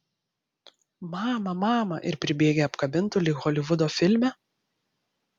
mama mama ir pribėgę apkabintų lyg holivudo filme